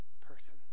person